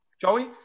Joey